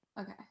okay